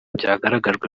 byagaragajwe